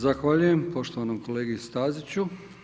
Zahvaljujem poštovanom kolegi Staziću.